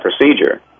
procedure